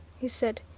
he said,